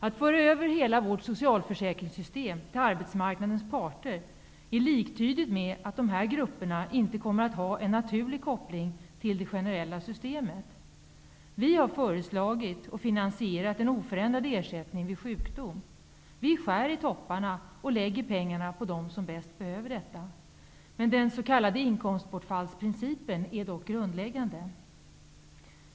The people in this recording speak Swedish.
Att föra över hela vårt socialförsäkringssystem till arbetsmarknadens parter är liktydigt med att dessa grupper inte kommer att ha en naturlig koppling till det generella systemet. Vi har föreslagit en oförändrad ersättning vid sjukdom och angett en finansiering av detta. Vi skär i topparna och lägger pengarna på dem som bäst behöver detta. Den s.k. inkomstbortfall sprincipen är dock grundläggande.